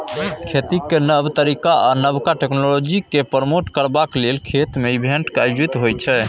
खेतीक नब तरीका आ नबका टेक्नोलॉजीकेँ प्रमोट करबाक लेल खेत मे इवेंट आयोजित होइ छै